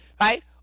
right